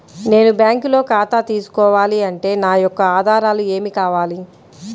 నేను బ్యాంకులో ఖాతా తీసుకోవాలి అంటే నా యొక్క ఆధారాలు ఏమి కావాలి?